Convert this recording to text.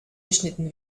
geschnitten